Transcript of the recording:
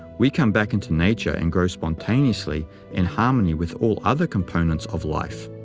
we come back into nature and grow spontaneously in harmony with all other components of life.